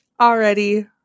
already